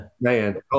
man